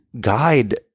guide